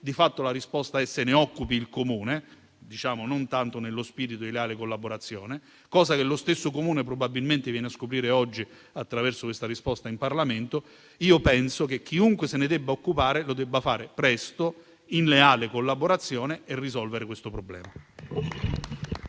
con la frase che se ne deve occupare il Comune (non tanto nello spirito di leale collaborazione), cosa che lo stesso Comune probabilmente viene a scoprire oggi attraverso questa risposta in Parlamento. Penso che chiunque se ne debba occupare, lo debba fare presto, in leale collaborazione e risolvere il problema.